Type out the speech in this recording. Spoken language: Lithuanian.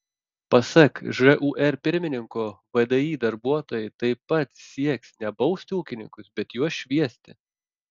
pasak žūr pirmininko vdi darbuotojai taip pat sieks ne bausti ūkininkus bet juos šviesti